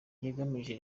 yegamiye